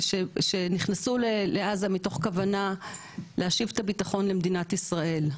שנכנסו לעזה מתוך כוונה להשיב את הביטחון למדינת ישראל.